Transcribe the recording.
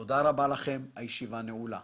תודה רבה לכם, הישיבה נעולה.